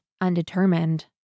undetermined